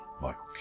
Michael